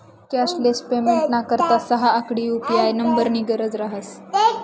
cashless पेमेंटना करता सहा आकडी यु.पी.आय नम्बरनी गरज रहास